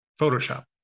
Photoshop